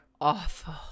awful